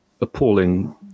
appalling